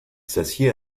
s’assied